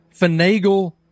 finagle